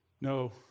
No